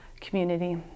community